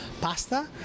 pasta